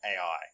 AI